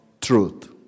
truth